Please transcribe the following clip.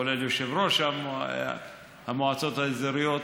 כולל יושב-ראש המועצות האזוריות,